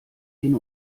hin